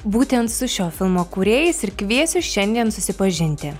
būtent su šio filmo kūrėjais ir kviesiu šiandien susipažinti